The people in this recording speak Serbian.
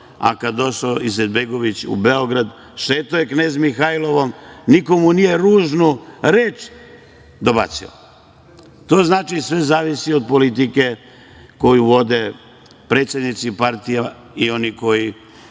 a kada je došao Izetbegović u Beograd, šetao je Knez Mihajlovom, niko mu nije ružnu reč dobacio. To znači da sve zavisi od politike koju vode predsednici partija i oni koji